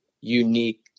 unique